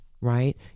right